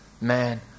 Man